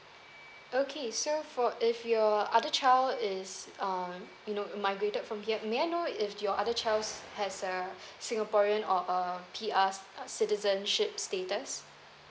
okay so for if your other child is uh you know migrated from here may I know if your other child has uh singaporean or uh P_R citizenship status